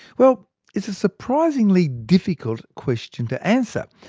well it's a surprisingly difficult question to answer.